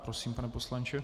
Prosím, pane poslanče.